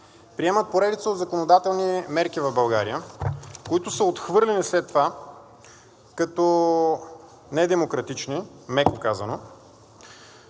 приемат поредица от законодателни мерки в България, които са отхвърлени след това като недемократични, меко казано.